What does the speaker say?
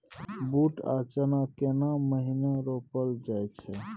बूट आ चना केना महिना रोपल जाय छै?